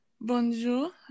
bonjour